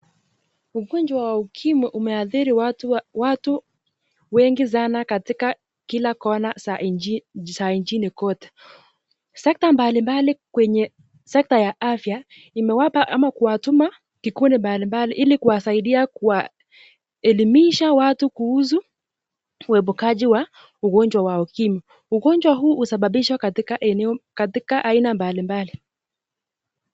Ugonjwa wa ukimwi umeadhiri watu wengi sana katika kila kona za nchini kote. Sekta mbali mbali kwenye sekta ya afya imewapa ama kuwatuma kikundi mbalimbali ili kuwasaidia kuelimisha watu kuhusu uepukaji wa ugonjwa wa ukimwi. Ugonjwa huu husababishwa katika aina mbali mbali.